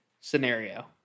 scenario